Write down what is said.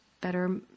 better